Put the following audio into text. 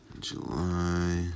July